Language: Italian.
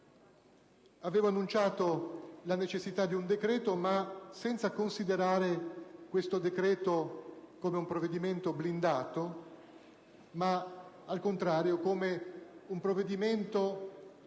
Avevo annunciato la necessità di un decreto, senza considerarlo, però, come un provvedimento blindato, ma, al contrario, come un provvedimento - come